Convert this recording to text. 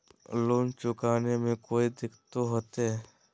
Loan चुकाने में कोई दिक्कतों होते?